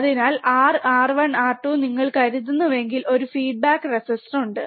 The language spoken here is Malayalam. അതിനാൽ R R1 R2 നിങ്ങൾ കരുതുന്നുവെങ്കിൽ ഒരു ഫീഡ്ബാക്ക് റെസിസ്റ്റർ ഉണ്ട്